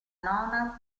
nona